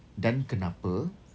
dan kenapa